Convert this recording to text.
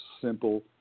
simple